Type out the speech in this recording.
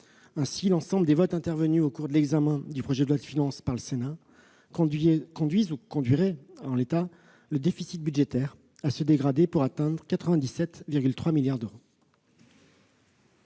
Ainsi, l'ensemble des votes intervenus au cours de l'examen du projet de loi de finances par le Sénat conduiraient, en l'état, le déficit budgétaire à se dégrader, pour atteindre 97,3 milliards d'euros.